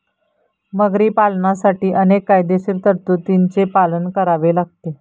मगरी पालनासाठी अनेक कायदेशीर तरतुदींचे पालन करावे लागते